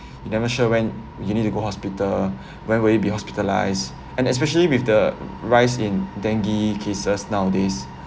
you never sure when you need to go hospital when will you be hospitalized and especially with the rise in dengue cases nowadays